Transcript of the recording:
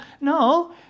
No